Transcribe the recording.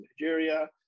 Nigeria